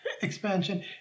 expansion